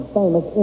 famous